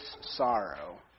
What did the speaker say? sorrow